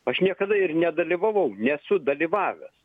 aš niekada ir nedalyvavau nesu dalyvavęs